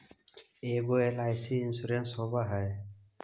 ऐगो LIC insurance होव है?